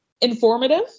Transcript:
informative